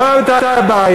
זאת הייתה הבעיה.